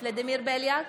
ולדימיר בליאק,